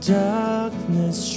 darkness